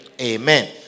Amen